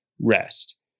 rest